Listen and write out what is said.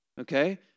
Okay